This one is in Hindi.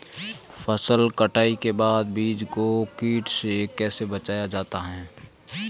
फसल कटाई के बाद बीज को कीट से कैसे बचाया जाता है?